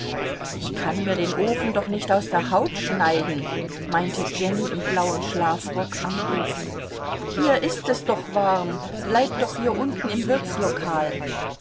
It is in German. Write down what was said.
ich kann mir den ofen doch nicht aus der haut schneiden meinte jenny im blauen schlafrock am ofen hier ist es doch warm bleibt doch hier unten im